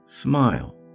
Smile